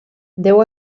deu